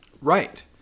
Right